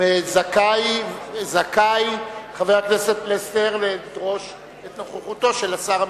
זכאי חבר הכנסת פלסנר לדרוש את נוכחותו של השר המשיב.